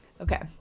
okay